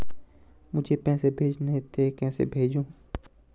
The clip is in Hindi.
मुझे पैसे भेजने थे कैसे भेजूँ?